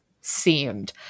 seemed